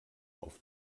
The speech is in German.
auf